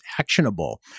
actionable